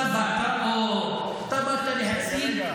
אתה באת להציג את